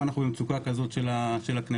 אם אנחנו במצוקה כזאת של הכנסת?